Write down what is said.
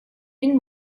bin